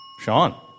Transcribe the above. Sean